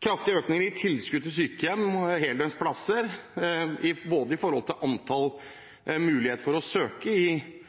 kraftige økninger i tilskudd til sykehjem og heldøgnsplasser, når det gjelder både antall og muligheten til å søke.